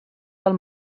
del